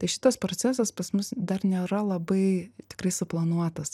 tai šitas procesas pas mus dar nėra labai tikrai suplanuotas